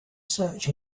search